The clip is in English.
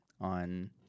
on